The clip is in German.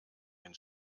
den